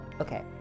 Okay